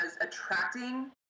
attracting